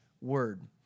word